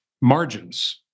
Margins